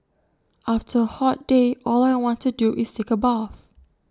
after A hot day all I want to do is take A bath